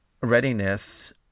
readiness